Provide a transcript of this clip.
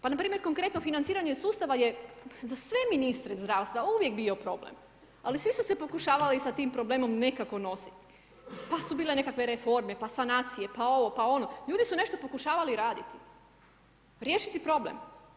Pa npr. konkretno financiranje sustava je za sve ministre zdravstva uvijek bio problem, ali svi su se pokušavali sa tim problemom nekako nositi, pa su bile nekakve reforme, pa sanacije, pa ovo, pa ono, ljudi su nešto pokušavali raditi, riješiti problem.